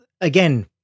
again